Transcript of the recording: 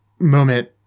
moment